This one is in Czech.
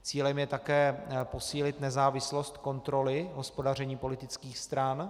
Cílem je také posílit nezávislost kontroly hospodaření politických stran.